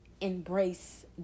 embrace